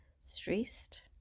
stressed